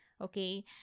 Okay